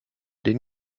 den